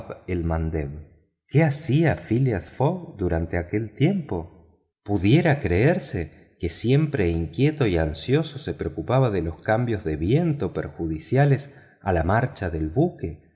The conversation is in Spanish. el mandeb qué hacía phileas fogg durante aquel tiempo pudiera creerse que siempre inquieto y ansioso se preocupaba de los cambios de viento perjudiciales a la marcha del buque